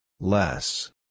Less